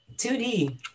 2D